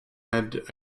had